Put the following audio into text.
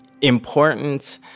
important